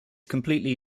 completely